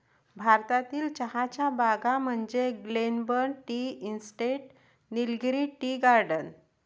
भारतातील चहाच्या बागा म्हणजे Glenburn tea estate, Nilgiri tea garden